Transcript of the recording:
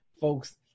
folks